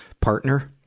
partner